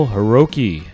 Hiroki